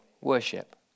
worship